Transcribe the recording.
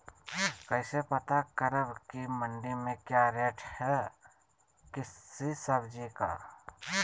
कैसे पता करब की मंडी में क्या रेट है किसी सब्जी का?